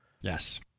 Yes